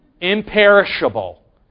Imperishable